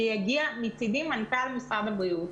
שיגיע מנכ"ל משרד הבריאות